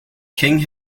king